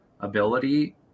ability